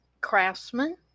craftsman